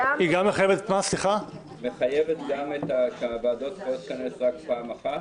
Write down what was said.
האם הצבעה זו מחייבת גם את הוועדות לא להתכנס יותר מפעם אחת?